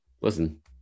listen